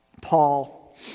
Paul